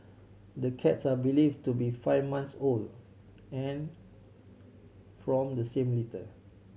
the cats are believe to be five months old and from the same litter